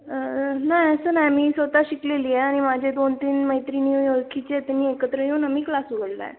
नाही असं नाही मी स्वतः शिकलेली आहे आणि माझे दोन तीन मैत्रिणी ओळखीचे त्यांनी एकत्र येऊन आम्ही क्लास उघडला आहे